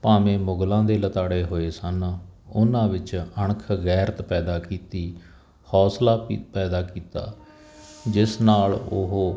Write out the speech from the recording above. ਭਾਵੇਂ ਮੁਗਲਾਂ ਦੇ ਲਤਾੜੇ ਹੋਏ ਸਨ ਉਹਨਾਂ ਵਿੱਚ ਅਣਖ ਗੈਰਤ ਪੈਦਾ ਕੀਤੀ ਹੌਂਸਲਾ ਪੈਦਾ ਕੀਤਾ ਜਿਸ ਨਾਲ ਉਹ